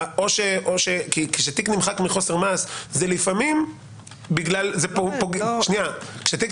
כי כשתיק נמחק מחוסר מעש לפעמים זה פוגע בנושה,